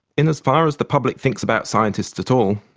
in as far as the public thinks about scientists at all,